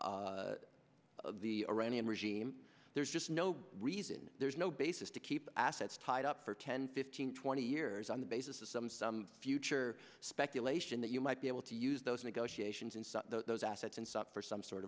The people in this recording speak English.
from the iranian regime there's just no reason there's no basis to keep assets tied up for ten fifteen twenty years on the basis of some some future speculation that you might be able to use those negotiations and those assets and suffer some sort